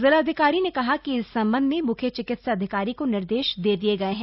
जिलाधिकारी ने कहा कि इस संबंध में मुख्य चिकित्साधिकारी को निर्देश दे दिये गये हैं